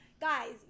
Guys